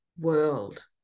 world